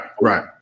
right